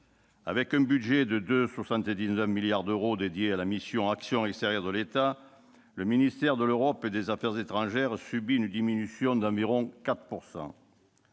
Avec un budget de 2,79 milliards d'euros dédié à la mission « Action extérieure de l'État », le ministère de l'Europe et des affaires étrangères subit une diminution d'environ 4 %.